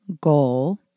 goal